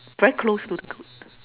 very close to the c~